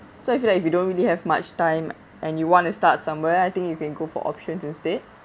so if you like if you don't really have much time and you want to start somewhere I think you can go for options instead